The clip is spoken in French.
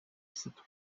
sites